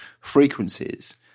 frequencies